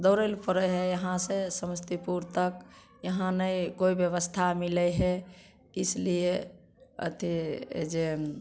दौड़ै लऽ पड़ैत है यहाँ से समस्तीपुर तक यहाँ नहि कोइ व्यवस्था मिलै है इसलिए अथी जे